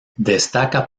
destaca